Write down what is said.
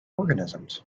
organisms